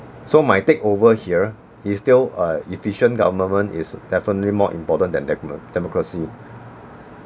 so my take over here it's still uh efficient government is definitely more important than demo~ democracy